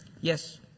yes